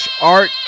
Art